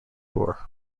war